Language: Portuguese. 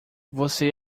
você